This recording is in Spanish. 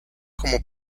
como